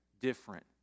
different